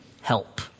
help